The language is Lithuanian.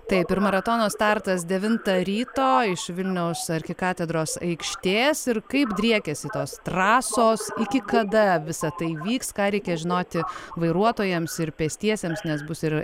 taip ir maratono startas devintą ryto iš vilniaus arkikatedros aikštės ir kaip driekiasi tos trasos iki kada visa tai vyks ką reikia žinoti vairuotojams ir pėstiesiems nes bus ir